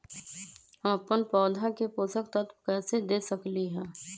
हम अपन पौधा के पोषक तत्व कैसे दे सकली ह?